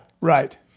Right